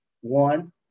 one